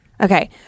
Okay